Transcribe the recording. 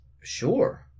Sure